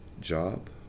job